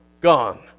gone